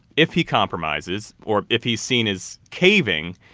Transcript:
if he compromises or if he's seen as caving,